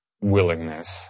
willingness